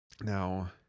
Now